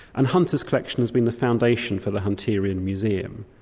and hunter's collection has been the foundation for the hunterian museum.